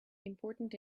important